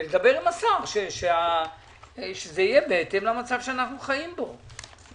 ולדבר עם השר שזה יהיה בהתאם למצב שאנחנו חיים בו.